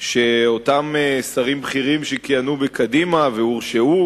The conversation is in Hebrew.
שאותם שרים בכירים שכיהנו בקדימה והורשעו,